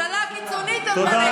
ממשלה קיצונית על מלא, התכוונת.